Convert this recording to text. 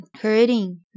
hurting